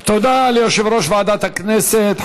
בת עשרה חברים,